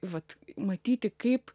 vat matyti kaip